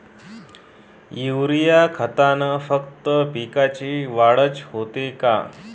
Urea खतानं फक्त पिकाची वाढच होते का?